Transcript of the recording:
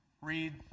Read